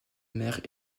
mère